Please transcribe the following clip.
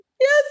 yes